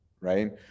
Right